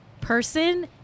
person